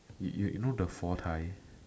you you you know the four tie